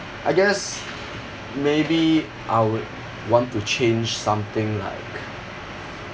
I guess maybe I would want to change something like